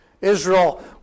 Israel